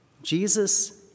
Jesus